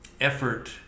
effort